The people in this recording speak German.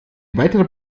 weiterer